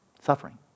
suffering